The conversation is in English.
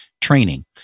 training